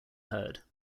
heard